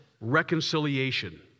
Reconciliation